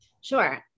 Sure